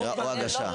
או הגשה.